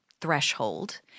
threshold